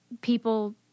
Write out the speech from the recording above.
people